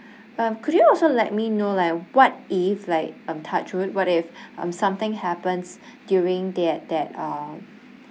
um could you also let me know like what if like um touch wood what if um something happens during that that uh